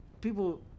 people